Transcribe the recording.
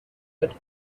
that